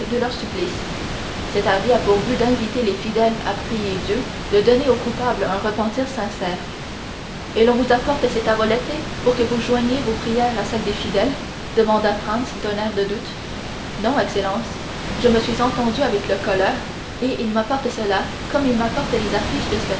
leur supplice cet avis a pour but d'inviter les fidèles à prier dieu de donner aux coupables un repentir sincère et l'on vous apporte ces tavolette pour que vous joigniez vos prières à celles des fidèles demanda franz d'un air de doute non excellence je me suis entendu avec le colleur et il m'apporte cela comme il m'apporte les affiches